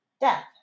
death